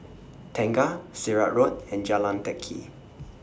Tengah Sirat Road and Jalan Teck Kee